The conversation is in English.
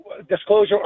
Disclosure